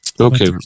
Okay